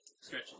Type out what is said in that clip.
stretch